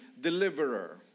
deliverer